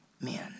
men